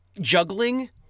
juggling